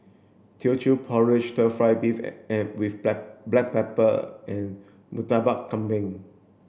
Teochew porridge stir fried beef and with black pepper and Murtabak Kambing